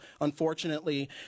unfortunately